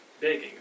begging